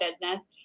business